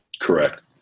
Correct